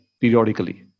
periodically